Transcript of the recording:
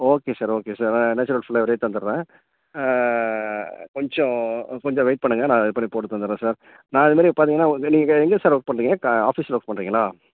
okay sir okay sir natural ஃப்ளேவரே தந்துர்றேன் கொஞ்சம் கொஞ்சம் வெயிட் பண்ணுங்கள் நான் இது பண்ணி போட்டு தந்துர்றேன் சார் நான் அதே மாதிரி பார்த்தீங்கன்னா நீங்கள் எங்கே சார் ஒர்க் பண்ணுறீங்க க ஆஃபிஸில் ஒர்க் பண்ணுறீங்களா